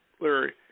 Larry